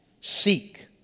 seek